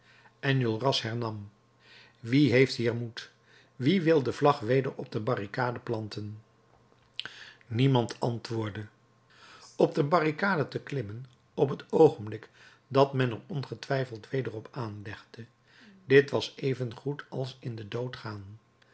enjolras hernam wie heeft hier moed wie wil de vlag weder op de barricade planten niemand antwoordde op de barricade te klimmen op het oogenblik dat men er ongetwijfeld weder op aanlegde dit was evengoed als in den dood gaan